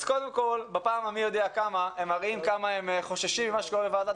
אז קודם כל בפעם המי יודע כמה הם מראים כמה הם חוששים ממה שקורה בוועדת